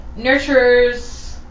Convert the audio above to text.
nurturers